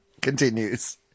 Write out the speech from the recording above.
continues